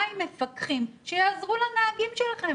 מה עם מפקחים שיעזרו לנהגים שלכם?